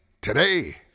Today